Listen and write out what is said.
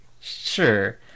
Sure